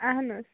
اہن حظ